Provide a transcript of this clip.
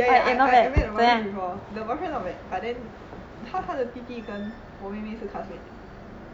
ya ya I meet the boyfriend before the boyfriend not bad but then 他他的弟弟跟我妹妹是 classmates